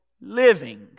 living